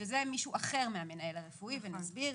10. - שזה מישהו אחר מהמנהל הרפואי ונסביר.